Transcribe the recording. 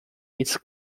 its